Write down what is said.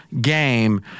game –